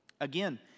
Again